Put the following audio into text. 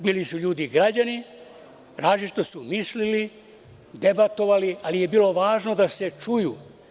Bili su ljudi građani, različito su mislili, debatovali, ali je bilo važno da se čuju.